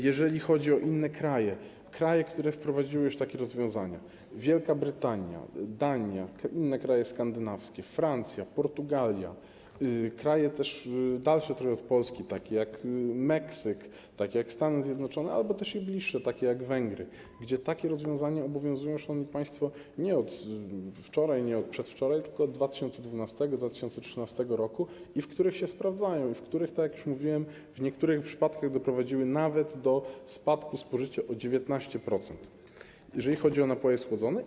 Jeżeli chodzi o inne kraje, kraje, które wprowadziły już takie rozwiązania, to Wielka Brytania, Dania, inne kraje skandynawskie, Francja, Portugalia, kraje też trochę dalsze, dalej położone od Polski, takie jak Meksyk, Stany Zjednoczone, albo też bliższe, takie jak Węgry, w których takie rozwiązania obowiązują, szanowni państwo, nie od wczoraj, nie od przedwczoraj, tylko od 2012 r., 2013 r., i w których się sprawdzają, i w których, tak jak już mówiłem, w niektórych przypadkach doprowadziły nawet do spadku spożycia o 19%, jeżeli chodzi o napoje słodzone.